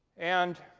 and